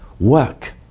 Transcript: work